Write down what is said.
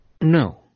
No